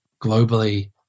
globally